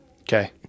okay